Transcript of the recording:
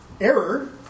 error